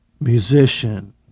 musician